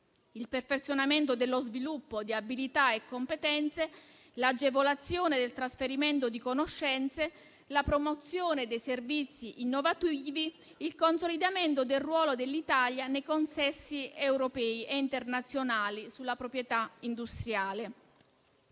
il perfezionamento dello sviluppo di abilità e competenze, l'agevolazione del trasferimento di conoscenze, la promozione dei servizi innovativi e il consolidamento del ruolo dell'Italia nei consessi europei e internazionali sulla proprietà industriale.